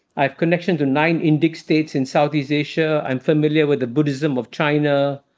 i have connection to nine indic states in southeast asia. i'm familiar with the buddhism of china,